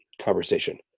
conversation